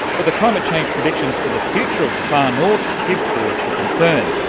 but the climate change predictions for the future of the far north give cause for concern.